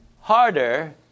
harder